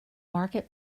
market